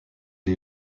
les